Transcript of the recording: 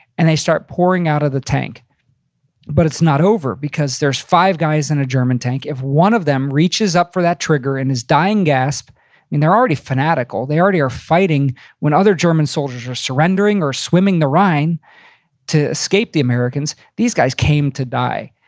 and they start pouring out of the tank but it's not over because there's five guys in a german tank. if one of them reaches up for that trigger in his dying gasp and they're already fanatical, they already are fighting when other german soldiers are surrendering or swimming the rhine to escape the americans, these guys came to die.